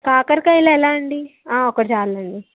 కాకరకాయిలు ఎలా అండీ ఒకటి చాలు లేండి